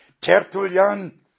Tertullian